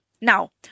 Now